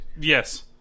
Yes